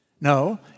No